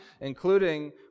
including